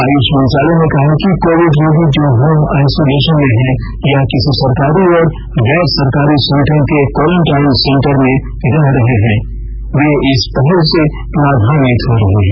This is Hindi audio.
आयुष मंत्रालय ने कहा है कि वे कोविड रोगी जो होम आइसोलेशन में हैं या किसी सरकारी और गैर सरकारी संगठन के क्वारंटीन सेंटर में रह रहे हैं वे इस पहल से लाभान्वित हो रहे हैं